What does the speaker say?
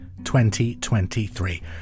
2023